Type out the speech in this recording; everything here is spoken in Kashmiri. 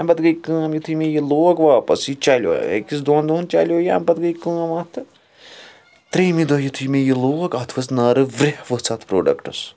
امہِ پَتہٕ گٔے کٲم یُتُھے مےٚ یہِ لوگ واپَس یہِ چَلیو أکِس دۄن دۄہن چَلیو یہِ امہِ پَتہٕ گٔے کٲم اَتھ تہٕ ترٛیمہِ دۄہ یُتھُے مےٚ یہِ لوگ اَتھ ؤژھ نارٕ ریٚہہ ؤژھ اَتھ پَروڈَکٹَس